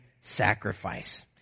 sacrifice